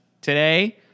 today